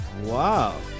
wow